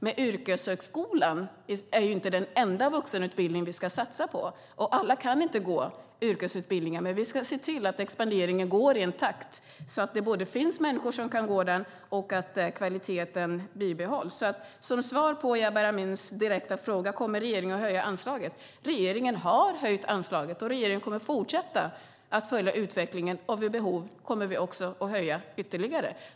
Men yrkeshögskolan är inte den enda vuxenutbildningen vi ska satsa på. Alla kan inte gå yrkesutbildningar. Men vi ska se till att expanderingen går i en sådan takt att det både finns människor som kan gå utbildningarna och att kvaliteten bibehålls. Mitt svar på Jabar Amins direkta fråga om regeringen kommer att höja anslaget är att regeringen har höjt anslaget. Regeringen kommer att fortsätta att följa utvecklingen, och vid behov kommer vi att höja ytterligare.